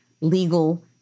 legal